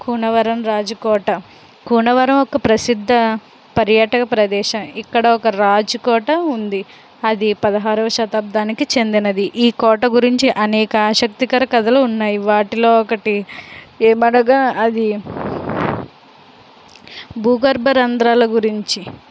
కూనవరం రాజకోట కూనవరం ఒక ప్రసిద్ధ పర్యటక ప్రదేశం ఇక్కడ ఒక రాజకోట ఉంది అది పదహారవ శతాబ్దానికి చెందినది ఈ కోట గురించి అనేక ఆసక్తికర కథలు ఉన్నాయి వాటిలో ఒకటి ఏమనగా అది భూగర్భ రంధ్రాల గురించి